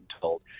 told